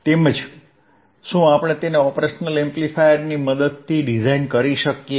તેમજ શું આપણે તેને ઓપરેશનલ એમ્પ્લીફાયરની મદદથી ડિઝાઇન કરી શકીએ